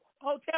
hotel